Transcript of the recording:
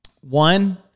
One